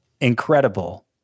incredible